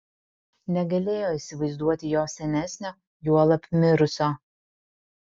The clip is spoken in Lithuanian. negalėjo įsivaizduoti jo senesnio juolab mirusio